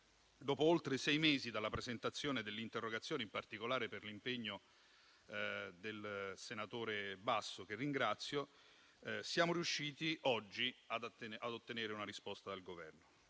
Dopo oltre sei mesi dalla presentazione dell'interrogazione, in particolare per l'impegno del senatore Basso, che ringrazio, siamo riusciti oggi ad ottenere una risposta dal Governo.